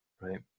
right